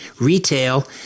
retail